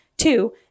Two